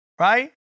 Right